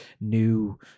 new